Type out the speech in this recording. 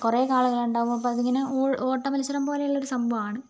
കുറെ കാളകൾ ഉണ്ടാവും അപ്പോൾ അത് ഇങ്ങനെ ഓട്ടമത്സരം പോലെയുള്ള ഒരു സംഭവാണ്